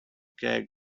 gag